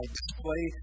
display